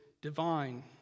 divine